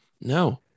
No